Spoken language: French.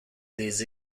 des